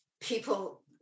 people